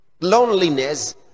Loneliness